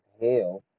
hell